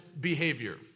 behavior